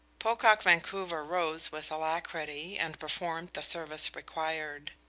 pocock vancouver rose with alacrity and performed the service required.